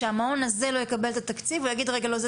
כשהמעון הזה לא יקבל את התקציב הוא יגיד לא רגע לא,